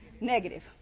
Negative